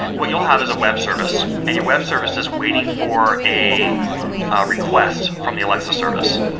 what you'll have is a web service and your web services waiting for a request from the alexa service.